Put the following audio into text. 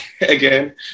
again